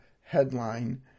headline